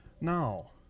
Now